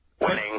Winning